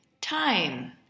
Time